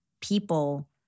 people